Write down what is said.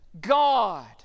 God